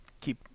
keep